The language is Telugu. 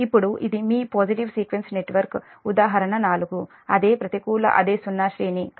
ఇప్పుడు ఇది మీ 'పాజిటివ్ సీక్వెన్స్ నెట్వర్క్' ఉదాహరణ 4 ' అదే ప్రతికూల అదే సున్నా సీక్వెన్స్